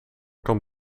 kan